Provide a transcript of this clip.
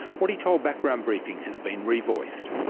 what he told background briefing has been re-voiced.